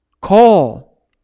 Call